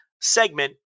segment